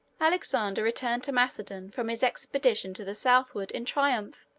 alexander returned to macedon from his expedition to the southward in triumph,